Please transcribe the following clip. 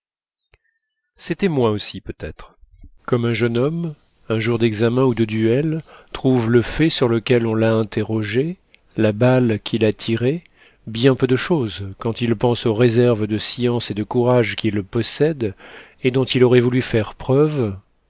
c'était moins aussi peut-être comme un jeune homme un jour d'examen ou de duel trouve le fait sur lequel on l'a interrogé la balle qu'il a tirée bien peu de chose quand il pense aux réserves de science et de courage qu'il possède et dont il aurait voulu faire preuve